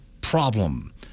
problem